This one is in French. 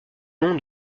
nom